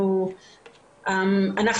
אנחנו